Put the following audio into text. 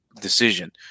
decision